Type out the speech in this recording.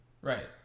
Right